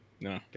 No